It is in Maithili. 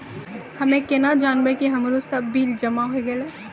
हम्मे केना जानबै कि हमरो सब बिल जमा होय गैलै?